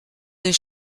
des